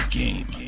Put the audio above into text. game